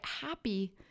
happy